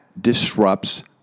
disrupts